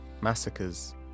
massacres